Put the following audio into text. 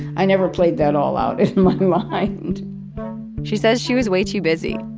i never played that all out in like my mind she says she was way too busy.